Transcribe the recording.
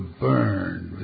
burn